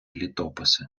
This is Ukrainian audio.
літописи